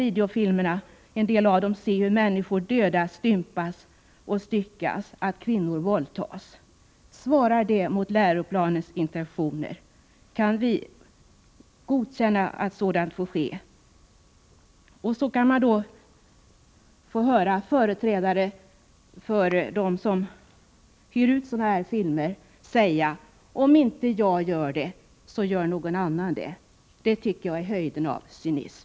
Och så visas det i en del av videofilmerna hur människor dödas, stympas och styckas och hur kvinnor våldtas. Svarar det mot läroplanens intentioner? Kan vi godkänna att sådant får ske? Till detta kommer att man från företrädare för dem som hyr ut sådana här filmer säger: Om inte jag gör det, gör någon annan det. Det tycker jag är höjden av cynism.